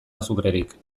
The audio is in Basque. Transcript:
azukrerik